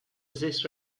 these